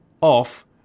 off